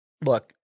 Look